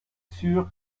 sûr